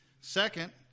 Second